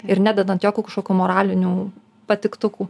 ir nededant jokių kažkokių moralinių patiktukų